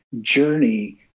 journey